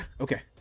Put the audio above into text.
okay